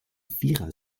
vierer